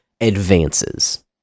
advances